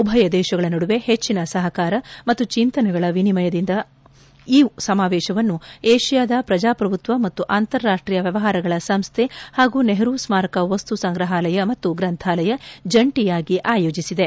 ಉಭಯ ದೇಶಗಳ ನಡುವೆ ಹೆಚ್ಚಿನ ಸಪಕಾರ ಮತ್ತು ಚಿಂತನೆಗಳ ವಿನಿಮಯದ ಉದ್ದೇಶದಿಂದ ಈ ಸಮಾವೇಶವನ್ನು ಏಷ್ಕಾದ ಪ್ರಜಾಪ್ರಭುತ್ವ ಮತ್ತು ಅಂತಾರಾಷ್ಟೀಯ ವ್ಯವಹಾರಗಳ ಸಂಸ್ಥೆ ಹಾಗೂ ನೆಪರೂ ಸ್ಮಾರಕ ವಸ್ತು ಸಂಗ್ರಾಪಲಯ ಗ್ರಂಥಾಲಯ ಜಂಟೆಯಾಗಿ ಆಯೋಜಿಸಿದೆ